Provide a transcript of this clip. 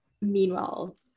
Meanwhile